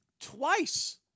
Twice